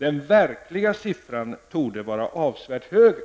Den verkliga siffran torde vara avsevärt högre.''